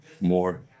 more